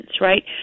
right